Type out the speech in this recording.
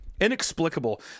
Inexplicable